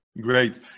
Great